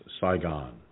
Saigon